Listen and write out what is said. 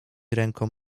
ręką